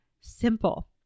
simple